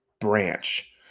branch